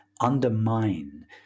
undermine